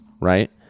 right